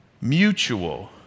mutual